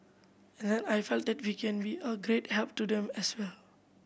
and then I felt that we can be of great help to them as well